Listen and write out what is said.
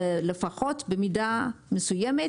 לפחות במידה מסוימת,